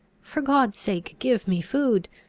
for god's sake, give me food!